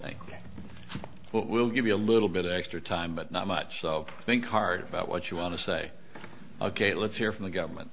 but will give you a little bit of extra time but not much so think hard about what you want to say ok let's hear from the government